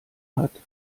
hat